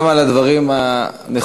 גם על הדברים הנכוחים,